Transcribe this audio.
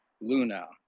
Luna